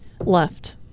Left